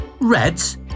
Reds